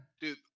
dude